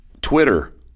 Twitter